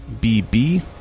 BB